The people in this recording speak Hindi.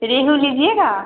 रोहू लीजिएगा